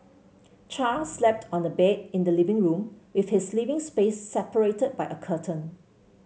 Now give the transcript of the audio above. Char slept on a bed in the living room with his living space separated by a curtain